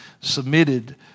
submitted